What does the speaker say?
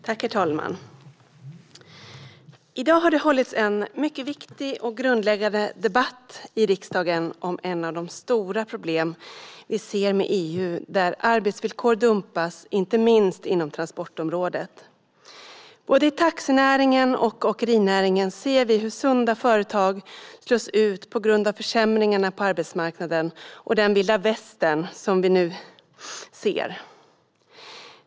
Herr talman! I dag har det hållits en mycket viktig och grundläggande debatt i riksdagen om ett av de stora problem vi ser med EU. Arbetsvillkor dumpas, inte minst inom transportområdet. Både i taxinäringen och i åkerinäringen ser vi hur sunda företag slås ut på grund av försämringarna på arbetsmarknaden och den vilda västern som vi nu ser.